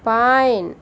fine